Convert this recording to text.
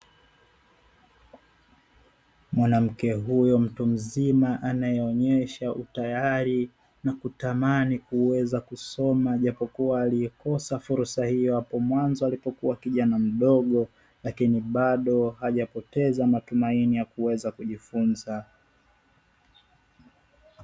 Mwanamke huyo mtu mzima anayeonyesha utayari na kutamani kuweza kusoma, japo kuwa aliikosa fursa hiyo hapo mwanzo alipokuwa kijana mdogo, lakini bado hajapoteza matumaini ya kuweza kujifunza.